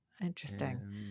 Interesting